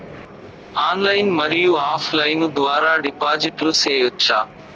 Online మరియు offline ద్వారా డిపాజిట్లు సేయొచ్చా?